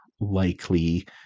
likely